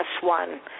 one